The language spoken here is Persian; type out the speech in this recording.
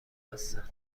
هستن